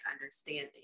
understanding